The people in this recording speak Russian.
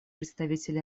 представитель